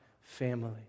family